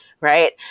Right